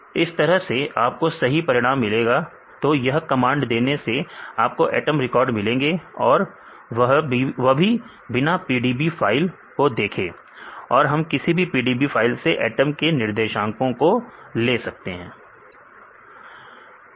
इस तरह से आपको सही परिणाम मिलेगा तो यह कमांड देने से आपको एटम रिकॉर्ड मिलेंगे और वह भी बिना PDB फाइल को देखे और हम किसी भी PDB फाइल से एटम के निर्देशांको को ले सकते हैं